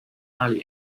ali